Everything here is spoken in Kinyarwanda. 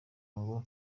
ngo